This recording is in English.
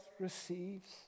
receives